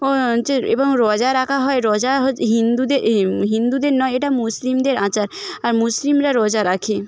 ও হচ্ছে এবং রোজা রাখা হয় রোজা হচ্ছে হিন্দুদের এই হিন্দুদের নয় এটা মুসলিমদের আচার আর মুসলিমরা রোজা রাখে